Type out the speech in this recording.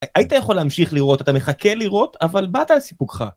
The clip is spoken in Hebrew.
היי... ‫היית יכול להמשיך לראות, ‫אתה מחכה לראות, אבל באת על סיפוקך.